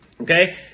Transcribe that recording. Okay